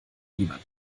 niemand